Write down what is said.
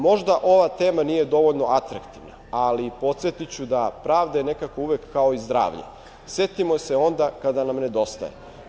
Možda ova tema nije dovoljno atraktivna, ali podsetiću da je pravda nekako uvek kao zdravlje, setimo je se onda kada nam nedostaje.